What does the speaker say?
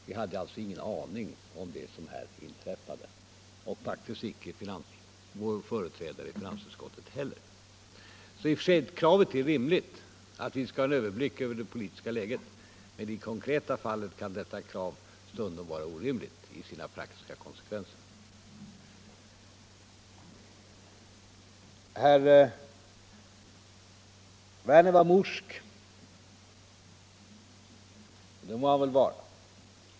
Vi hade därför ingen aning om det som här inträffade, och det hade faktiskt inte vår företrädare i finansutskottet heller. Kravet att vi skall ha överblick över det politiska läget är annars i och för sig rimligt, men i det konkreta fallet kan det kravet stundom vara orimligt till sina praktiska konsekvenser. Sedan var herr Werner i Tyresö morsk — och det må han väl vara.